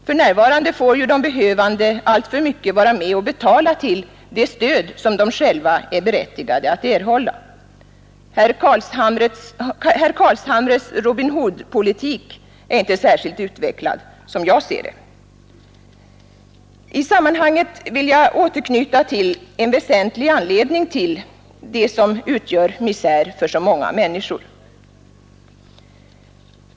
För närvarande får ju de behövande alltför mycket vara med och betala till det stöd som de själva är berättigade att erhålla! Herr Carlshamres Robin Hood-politik är inte särskilt utvecklad, som jag ser det. I sammanhanget vill jag återknyta till en väsentlig anledning till misären för många människor.